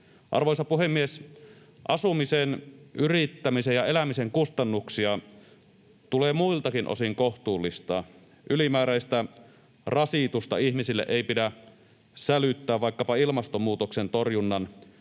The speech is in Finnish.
Arvoisa puhemies! Asumisen, yrittämisen ja elämisen kustannuksia tulee muiltakin osin kohtuullistaa. Ylimääräistä rasitusta ihmisille ei pidä sälyttää vaikkapa ilmastonmuutoksen torjunnan